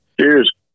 Cheers